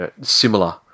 similar